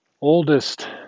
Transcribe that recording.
oldest